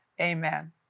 Amen